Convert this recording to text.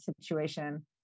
situation